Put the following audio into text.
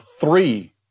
three